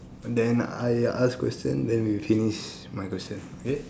then I ask question then we finish my question okay